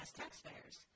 taxpayers